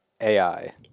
AI